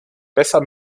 besser